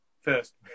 first